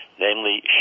namely